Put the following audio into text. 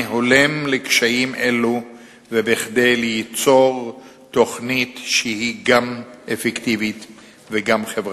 הולם לקשיים אלו וכדי ליצור תוכנית שהיא גם אפקטיבית וגם חברתית.